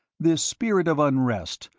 this spirit of unrest,